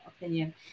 opinion